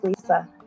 Lisa